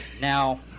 Now